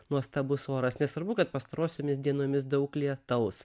nuostabus oras nesvarbu kad pastarosiomis dienomis daug lietaus